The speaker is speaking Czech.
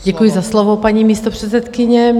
Děkuji za slovo, paní místopředsedkyně.